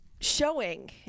showing